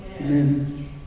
Amen